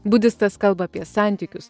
budistas kalba apie santykius